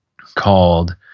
called